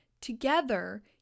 Together